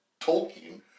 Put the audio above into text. Tolkien